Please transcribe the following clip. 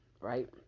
right